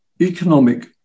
economic